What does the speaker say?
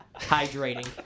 hydrating